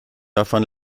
davon